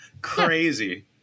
crazy